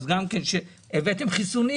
אז גם כן הבאתם חיסונים,